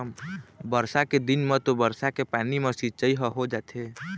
बरसा के दिन म तो बरसा के पानी म सिंचई ह हो जाथे